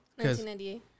1998